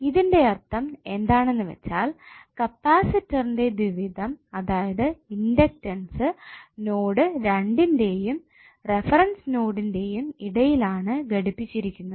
ഇതിന്റെ അർത്ഥം എന്താണെന്ന് വെച്ചാൽ കപാസിറ്റന്സസ്ന്റെ ദ്വിവിധം അതായത് ഇണ്ടക്ടൻസ് നോഡ് 2 ന്റെയും റഫറൻസ് നൊഡിന്റെയും ഇടയിൽ ആണ് ഘടിപ്പിച്ചിരിക്കുന്നത്